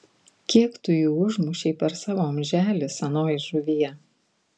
kiek tu jų užmušei per savo amželį senoji žuvie